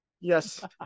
Yes